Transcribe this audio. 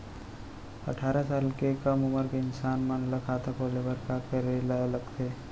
अट्ठारह साल से कम उमर के इंसान मन ला खाता खोले बर का करे ला लगथे?